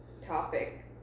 topic